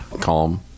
Calm